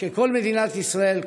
שכל מדינת ישראל,